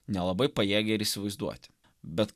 nelabai pajėgia ir įsivaizduoti bet